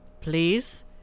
Please